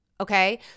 Okay